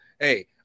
hey